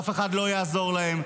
אף אחד לא יעזור להם.